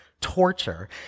torture